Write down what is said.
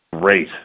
great